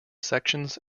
sections